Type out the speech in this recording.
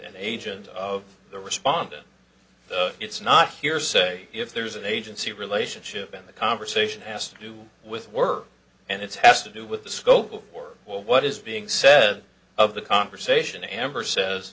an agent of the respondent it's not hearsay if there's an agency relationship and the conversation has to do with work and it's has to do with the scope of work what is being said of the conversation amber says